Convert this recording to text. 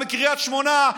גם מקריית שמונה,